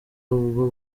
ubwo